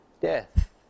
death